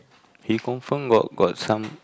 he confirm got got some